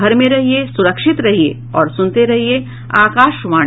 घर में रहिये सुरक्षित रहिये और सुनते रहिये आकाशवाणी